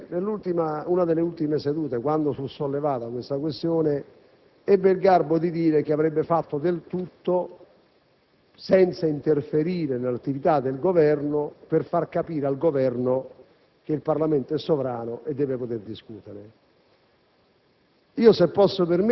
però, santo cielo, lei, in una delle ultime sedute, quando tale questione fu sollevata, ebbe il garbo di dire che avrebbe fatto di tutto, senza interferire nell'attività dell'Esecutivo, per far capire al Governo che il Parlamento è sovrano e deve poter discutere.